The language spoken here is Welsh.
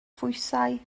phwysau